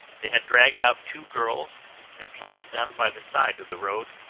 they had dragged out two girls and placed them by the side of the road.